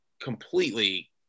completely